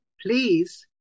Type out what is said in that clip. Please